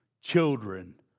children